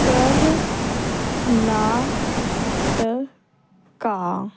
Karnataka